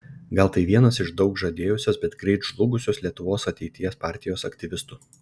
gal tai vienas iš daug žadėjusios bet greit žlugusios lietuvos ateities partijos aktyvistų